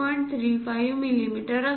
35 millimetre असेल